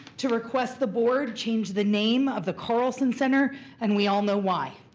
to request the board change the name of the carlson center and we all know why.